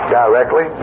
directly